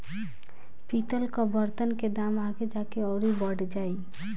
पितल कअ बर्तन के दाम आगे जाके अउरी बढ़ जाई